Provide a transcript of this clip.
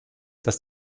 dass